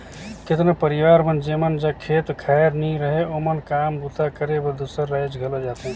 केतनो परिवार मन जेमन जग खेत खाएर नी रहें ओमन काम बूता करे बर दूसर राएज घलो जाथें